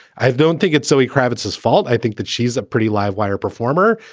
i don't think it's so he kravitz's fault. i think that she's a pretty livewire performer,